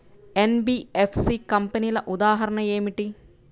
NBFC కంపెనీల ఉదాహరణ ఏమిటి?